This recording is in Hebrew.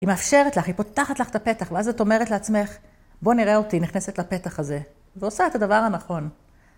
היא מאפשרת לך, היא פותחת לך את הפתח, ואז את אומרת לעצמך, בוא נראה אותי, נכנסת לפתח הזה. ועושה את הדבר הנכון.